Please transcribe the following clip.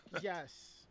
Yes